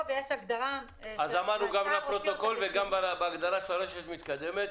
אמרנו גם לפרוטוקול וגם בהגדרה "רשת מתקדמת",